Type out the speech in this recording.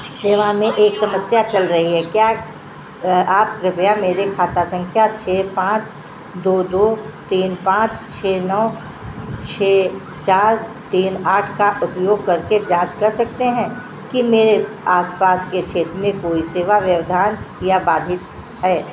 सेवा में एक समस्या चल रही है क्या आप कृपया मेरे खाता संख्या छः पाँच दो दो तीन पाँच छः नौ छः चार तीन आठ का उपयोग करके जाँच कर सकते हैं कि मेरे आसपास के छेत्र में कोई सेवा व्यवधान या बाधित है